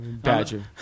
Badger